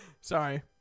Sorry